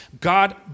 God